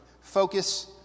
Focus